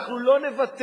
אנחנו לא נוותר,